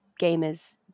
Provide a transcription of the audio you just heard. gamers